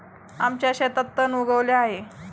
आमच्या शेतात तण उगवले आहे